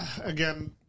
again